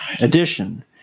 edition